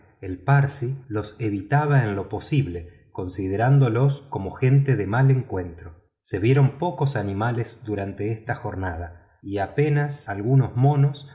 el parsi los evitaba en lo posible considerándolos como gente de mal encuentro se vieron pocos animales durante esta jornada y apenas algunos monos